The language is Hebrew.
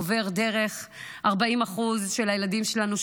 עובר דרך 40% של הילדים שלנו,